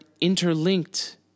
interlinked